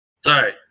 Sorry